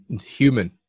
human